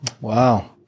Wow